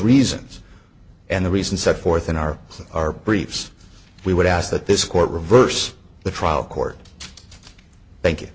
reasons and the reason set forth in our plan are briefs we would ask that this court reverse the trial court thank you